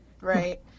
Right